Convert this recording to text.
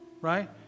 Right